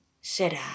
será